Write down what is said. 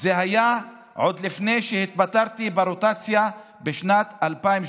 היה עוד לפני שהתפטרתי ברוטציה בשנת 2017,